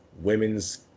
women's